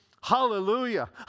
hallelujah